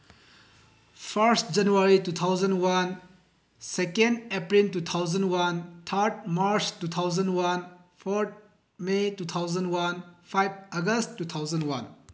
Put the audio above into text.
first January two thousand one second April two thousand one third March two thousand one fourth may two thousand one five August two thousand one